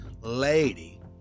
lady